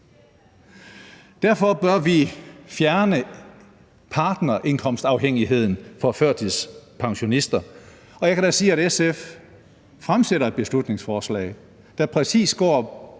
Derfor bør vi fjerne partnerindkomstafhængigheden for førtidspensionister. Jeg kan da sige, at SF fremsætter et beslutningsforslag, der præcis går